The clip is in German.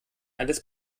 alles